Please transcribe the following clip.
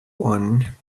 one